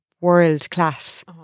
world-class